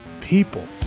people